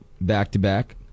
back-to-back